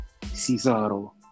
Cesaro